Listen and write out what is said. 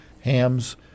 hams